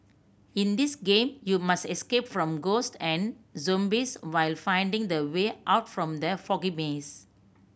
in this game you must escape from ghost and zombies while finding the way out from the foggy maze